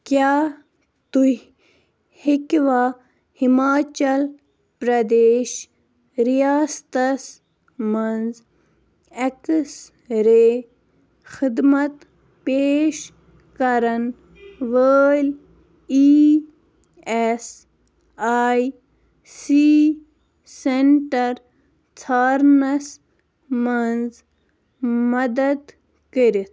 کیٛاہ تُہۍ ہیٚکِوا ہِماچَل پرٛدیش رِیاستَس منٛز اٮ۪کٕس رے خدمت پیش کَرَن وٲلۍ E S I C centre ژھارنَس منٛز مدتھ کٔرِتھ